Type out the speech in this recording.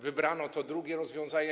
Wybrano to drugie rozwiązanie.